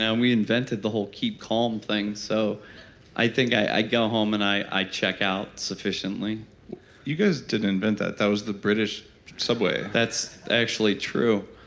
and we invented the whole keep calm thing so i think i go home and i i check out sufficiently you guys didn't invent that. that was the british subway that's actually true.